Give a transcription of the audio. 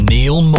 Neil